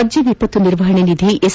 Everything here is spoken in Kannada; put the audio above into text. ರಾಜ್ಯ ವಿಪತ್ತು ನಿರ್ವಹಣೆ ನಿಧಿ ಎಸ್